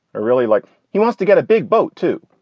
ah really like he wants to get a big boat, too.